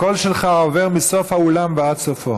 הקול שלך עובר מסוף האולם ועד סופו.